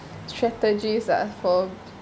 strategies ah for